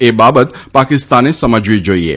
એ બાબત પાકિસ્તાને સમજવી જોઇએ